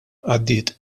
għaddiet